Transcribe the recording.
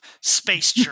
Space